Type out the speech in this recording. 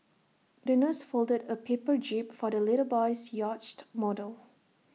the nurse folded A paper jib for the little boy's yacht model